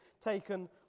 taken